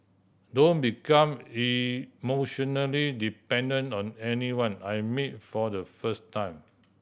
don't become emotionally dependent on anyone I meet for the first time